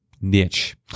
niche